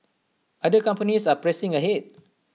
other companies are pressing ahead